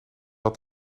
had